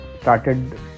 started